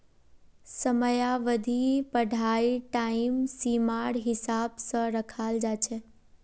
समयावधि पढ़ाईर टाइम सीमार हिसाब स रखाल जा छेक